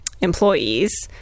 employees